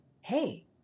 hey